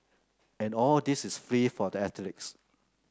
and all this is free for that athletes